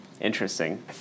Interesting